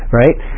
right